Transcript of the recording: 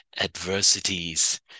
adversities